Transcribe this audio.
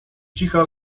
cicha